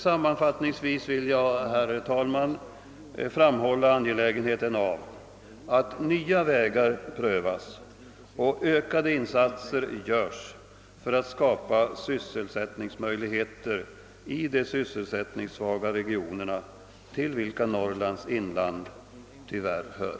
Sammanfattningsvis vill jag, herr talman, framhålla angelägenheten av att nya vägar prövas och att ökade insatser görs för att skapa sysselsättning i de sysselsättningssvaga regionerna till vilka Norrlands inland tyvärr hör.